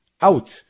out